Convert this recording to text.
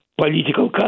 political